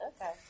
Okay